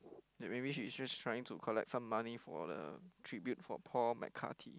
that maybe she's just trying to collect some money for the tribute for Paul-McCartey